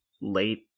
late